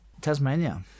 Tasmania